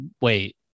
wait